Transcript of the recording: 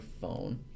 phone